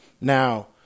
now